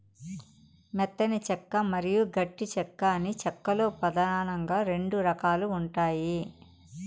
మెత్తని చెక్క మరియు గట్టి చెక్క అని చెక్క లో పదానంగా రెండు రకాలు ఉంటాయి